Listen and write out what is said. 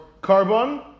carbon